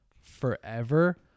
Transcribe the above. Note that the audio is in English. forever